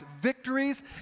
victories